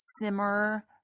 simmer